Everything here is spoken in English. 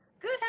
good